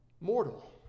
mortal